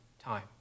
time